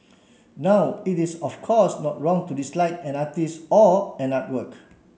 now it is of course not wrong to dislike an artist or an artwork